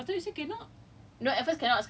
err go back to school to study apa